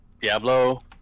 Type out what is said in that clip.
Diablo